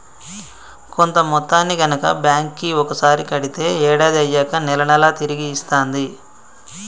కొంత మొత్తాన్ని గనక బ్యాంక్ కి ఒకసారి కడితే ఏడాది అయ్యాక నెల నెలా తిరిగి ఇస్తాంది